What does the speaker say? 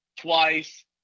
twice